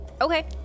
Okay